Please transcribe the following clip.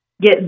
get